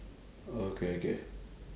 okay okay